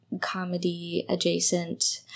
comedy-adjacent